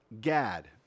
gad